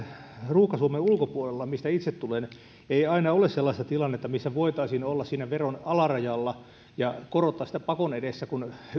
ruuhka suomen ulkopuolella mistä itse tulen ei aina ole sellaista tilannetta missä voitaisiin olla siinä veron alarajalla ja korottaa sitä pakon edessä kun